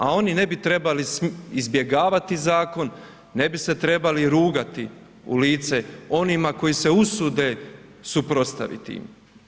A oni ne bi trebali izbjegavati zakon, ne bi se trebali rugati u lice onima koji se usude suprotstaviti im.